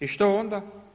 I što onda?